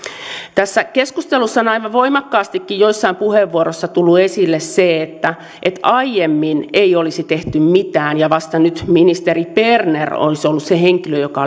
tässä keskustelussa on aika voimakkaastikin joissain puheenvuoroissa tullut esille se että aiemmin ei olisi tehty mitään ja vasta nyt ministeri berner olisi ollut se henkilö joka